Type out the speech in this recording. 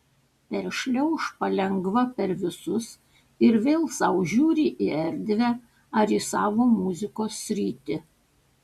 peršliauš palengva per visus ir vėl sau žiūri į erdvę ar į savo muzikos sritį